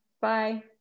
Bye